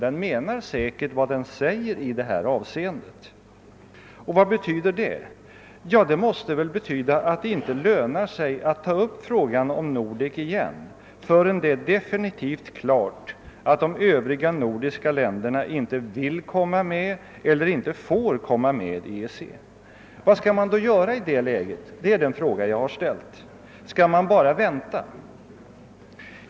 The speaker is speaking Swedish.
Den menar säkerligen vad den uttalar i detta avseende. Vad betyder nu detta? Jo, att det inte lönar sig att ta upp frågan om Nordek igen förrän det är definitivt klart att de övriga nordiska länderna inte vill eller får komma med i EEC. Den fråga jag med anledning härav ställt är vad man skall göra i detta läge. Skall man bara vänta?